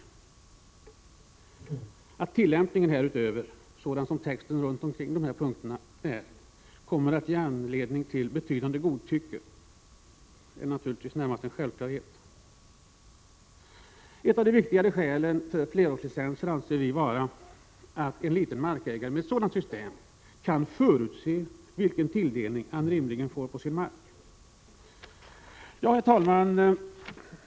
Att härutöver tillämpningen — sådan som texten kring dessa punkter är — kommer att ge anledning till betydande godtycke är naturligtvis närmast en självklarhet. Ett av de viktigare skälen för flerårslicenser anser vi vara att en liten markägare med ett sådant system kan förutse vilken tilldelning han rimligen får på sin mark. Herr talman!